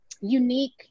unique